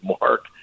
mark